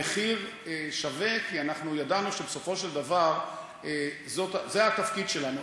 המחיר שווה כי אנחנו ידענו שבסופו של דבר זה התפקיד שלנו,